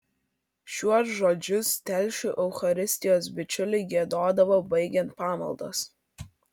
šiuos žodžius telšių eucharistijos bičiuliai giedodavo baigiant pamaldas